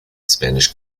spanish